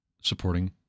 supporting